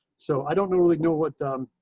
so i don't really know what